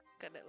good